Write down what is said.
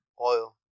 Oil